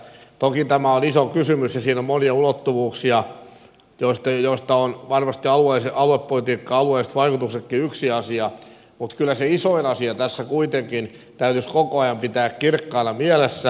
toki tämä on iso kysymys ja siinä on monia ulottuvuuksia joista on varmasti aluepolitiikka alueelliset vaikutuksetkin yksi asia mutta kyllä se isoin asia tässä kuitenkin täytyisi koko ajan pitää kirkkaana mielessä